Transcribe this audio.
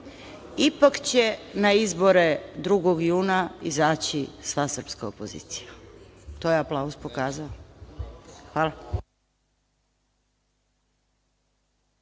Ipak će na izbore 2. juna izaći sva srpska opozicija, to je aplauz pokazao. Hvala.